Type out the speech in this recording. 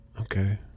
Okay